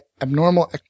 abnormal